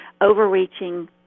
overreaching